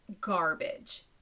garbage